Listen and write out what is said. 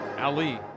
Ali